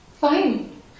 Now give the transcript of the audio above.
Fine